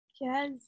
Yes